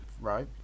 Right